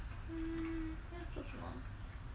hmm 要讲什么